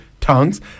tongues